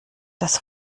das